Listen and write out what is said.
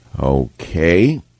Okay